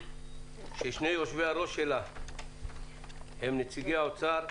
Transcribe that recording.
ששני יושבי-הראש שלה הם נציגי האוצר,